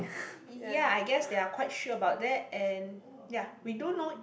ya I guess they are quite sure about that and ya we don't know